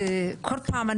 כל פעם,